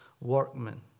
workmen